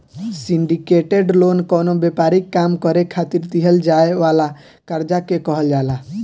syndicated loan कवनो व्यापारिक काम करे खातिर दीहल जाए वाला कर्जा के कहल जाला